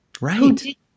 Right